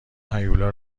هیولا